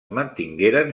mantingueren